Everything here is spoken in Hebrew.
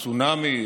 צונאמי,